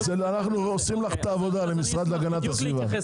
אנחנו עושים לך את העבודה למשרד להגנת הסביבה.